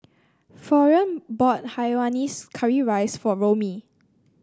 Florian bought Hainanese Curry Rice for Romie